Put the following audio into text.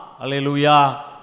Hallelujah